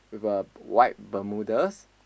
with a white bermudas